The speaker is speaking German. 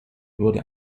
wurde